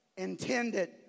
Intended